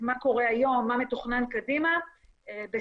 מה קורה היום מה מתוכנן קדימה בשמחה.